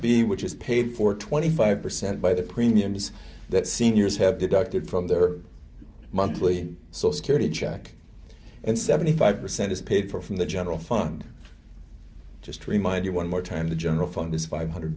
b which is paid for twenty five percent by the premiums that seniors have deducted from their monthly so security check and seventy five percent is paid for from the general fund just remind you one more time the general fund is five hundred